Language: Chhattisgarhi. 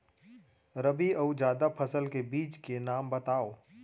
रबि अऊ जादा फसल के बीज के नाम बताव?